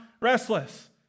restless